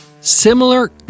similar